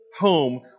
home